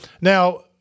Now –